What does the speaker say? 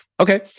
Okay